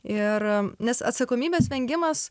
ir nes atsakomybės vengimas